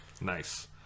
Nice